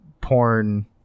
porn